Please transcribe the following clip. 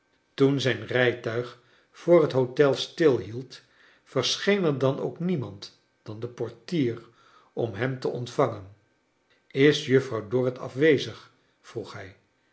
toen zijn rijtuig voor het hotel stilhield verscheen er dan ook niemand dan de portier om hem te ontvangen is juffrouw dorrit af wezig vroeg hij